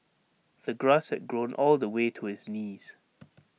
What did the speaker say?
the grass had grown all the way to his knees